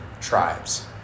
tribes